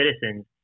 citizens